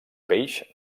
peix